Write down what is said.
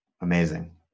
Amazing